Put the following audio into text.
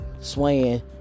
Swaying